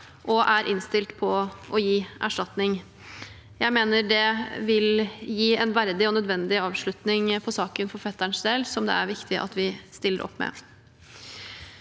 og er innstilt på å gi erstatning. Jeg mener det vil gi en verdig og nødvendig avslutning på saken for fetterens del, noe det er viktig at vi stiller opp med.